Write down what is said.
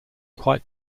quite